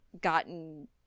Gotten